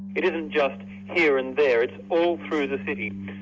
it isn't just here and there, it's all through the city.